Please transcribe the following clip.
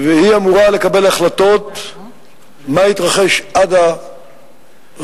והיא אמורה לקבל החלטות מה יתרחש עד הרעידה.